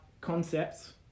concepts